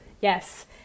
yes